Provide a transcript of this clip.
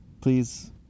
please